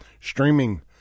streaming